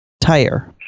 tire